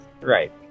right